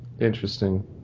Interesting